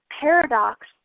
paradox